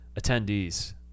attendees